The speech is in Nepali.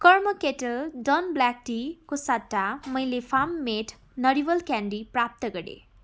कर्म केटल डन ब्ल्याक टीको सट्टा मैले फार्म मेड नरिवल क्यान्डी प्राप्त गरे